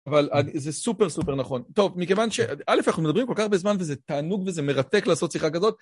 אבל זה סופר סופר נכון, טוב מכיוון שאלף אנחנו מדברים כל כך הרבה זמן וזה תענוג וזה מרתק לעשות שיחה כזאת